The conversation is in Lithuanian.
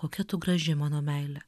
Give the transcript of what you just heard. kokia tu graži mano meile